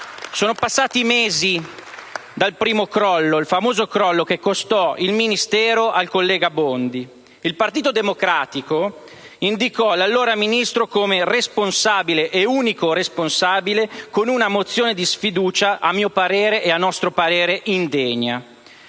Sono passati mesi dal primo crollo, il famoso crollo che costò il Ministero al collega Bondi: il Partito Democratico indicò l'allora Ministro come unico responsabile, con una mozione di sfiducia a mio e nostro parere indegna.